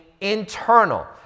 internal